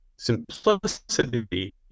simplicity